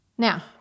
Now